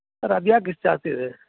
sir ಅದು ಯಾಕೆ ಇಷ್ತು ಜಾಸ್ತಿ ಇದೆ